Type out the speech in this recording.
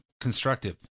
constructive